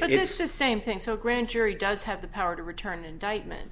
so it is the same thing so grand jury does have the power to return an indictment